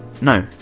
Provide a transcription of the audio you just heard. No